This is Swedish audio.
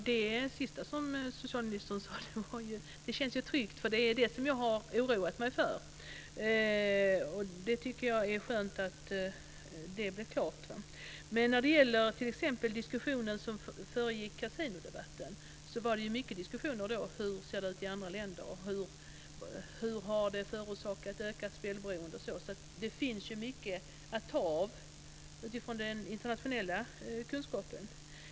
Fru talman! Det sista som socialministern sade känns tryggt. Det är det som jag har oroat mig för. Det är skönt att det blev klart. I diskussionen som föregick kasinobeslutet talades det mycket om hur det ser ut i andra länder, hur detta hade förorsakat ökat spelberoende osv. Det finns alltså mycket att ta av från den internationella kunskapen.